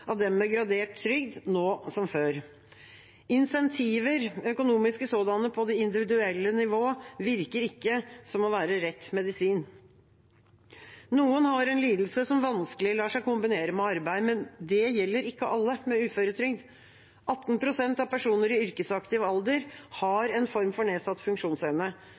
av – 5 pst. av dem med 100 pst. uføregrad og 75 pst. av dem med gradert trygd, nå som før. Insentiver – økonomiske sådanne – på det individuelle nivå virker ikke å være rett medisin. Noen har en lidelse som vanskelig lar seg kombinere med arbeid, men det gjelder ikke alle med uføretrygd. 18 pst. av personer i